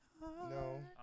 No